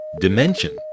Dimension